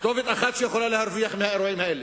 כתובת אחת שיכולה להרוויח מהאירועים האלה,